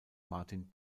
martin